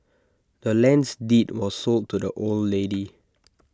the land's deed was sold to the old lady